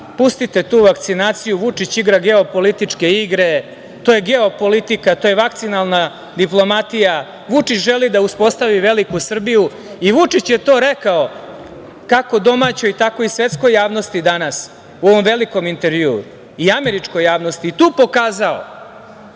pustite tu vakcinaciju, Vučić igra geopolitičke igre, to je geopolitika, to je vakcinalna diplomatija, Vučić želi da uspostavi veliku Srbiju. Vučić je to i rekao kako domaćoj tako svetskoj javnosti danas u ovom velikom intervjuu i američkoj javnosti. Tu je pokazao,